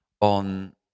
on